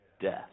death